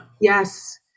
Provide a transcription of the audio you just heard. yes